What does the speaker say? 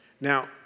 Now